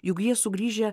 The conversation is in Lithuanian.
juk jie sugrįžę